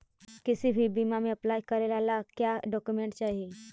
किसी भी बीमा में अप्लाई करे ला का क्या डॉक्यूमेंट चाही?